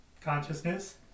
consciousness